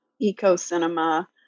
eco-cinema